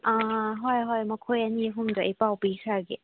ꯑꯥ ꯍꯣꯏ ꯍꯣꯏ ꯃꯈꯣꯏ ꯑꯅꯤ ꯑꯍꯨꯝꯗꯣ ꯑꯩ ꯄꯥꯎ ꯄꯤꯈ꯭ꯔꯒꯦ